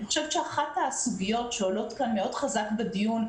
אחת הסוגיות שעולה כאן חזק מאוד בדיון,